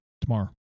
Tomorrow